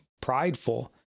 prideful